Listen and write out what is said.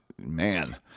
man